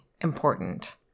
important